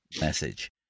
message